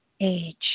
age